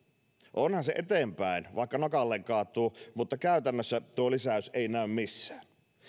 onhan se eteenpäin vaikka nokalleen kaatuu mutta käytännössä tuo lisäys ei näy missään